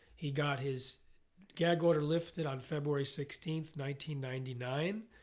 he got his gag order lifted on february sixteenth ninety ninety nine.